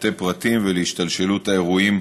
פרטי-הפרטים ולהשתלשלות האירועים